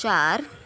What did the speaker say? चार